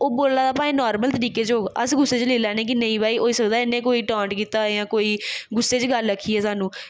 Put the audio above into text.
ओह् बोला दा भाएं नार्मल तरीके च होग अस गुस्से च लेई लैन्ने कि नेईं भाई होई सकद इ'नें कोई टांट कीता होऐ जां कोई गुस्से च गल्ल आक्खी ऐ सानूं